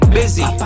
busy